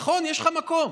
נכון, יש לך מקום,